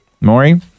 Maury